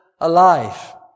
alive